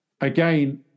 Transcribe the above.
again